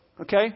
okay